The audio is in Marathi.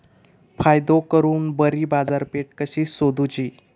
फायदो करून बरी बाजारपेठ कशी सोदुची?